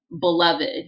beloved